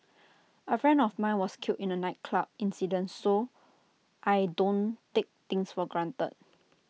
A friend of mine was killed in A nightclub incident so I don't take things for granted